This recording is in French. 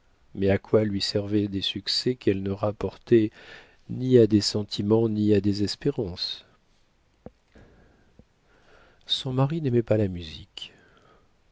mais à quoi lui servaient des succès qu'elle ne rapportait ni à des sentiments ni à des espérances son mari n'aimait pas la musique